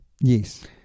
Yes